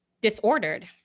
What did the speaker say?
disordered